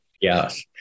Yes